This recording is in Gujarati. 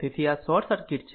તેથી આ શોર્ટ સર્કિટ છે